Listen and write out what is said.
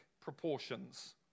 proportions